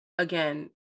again